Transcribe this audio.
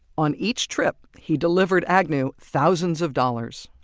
on each trip, he delivered agnew thousands of dollars.